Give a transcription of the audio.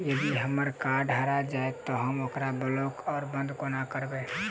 यदि हम्मर कार्ड हरा जाइत तऽ हम ओकरा ब्लॉक वा बंद कोना करेबै?